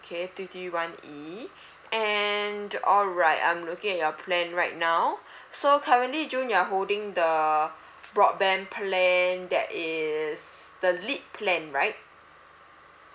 okay three three one E and alright I'm looking at your plan right now so currently june you are holding the broadband plan that is the lit plan right